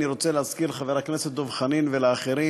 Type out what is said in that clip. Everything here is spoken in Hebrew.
אני רוצה להזכיר לחבר הכנסת דב חנין ולאחרים,